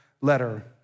letter